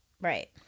Right